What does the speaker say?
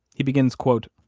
he begins, quote,